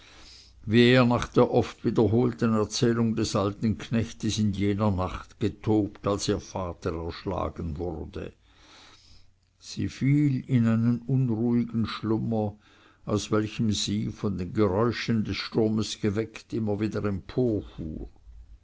er nach der oft wiederholten erzählung des alten knechtes in jener nacht getobt als ihr vater erschlagen wurde sie fiel in einen unruhigen schlummer aus welchem sie von den geräuschen des sturmes geweckt immer wieder